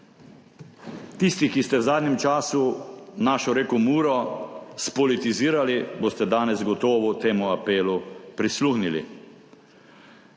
Tisti, ki ste v zadnjem času našo reko Muro spolitizirali, boste danes gotovo temu apelu prisluhnili«.